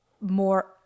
more